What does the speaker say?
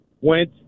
went